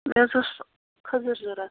مےٚ حظ اوس خٔزٕر ضروٗرت